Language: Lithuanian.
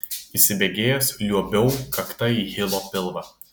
įsibėgėjęs liuobiau kakta į hilo pilvą